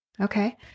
Okay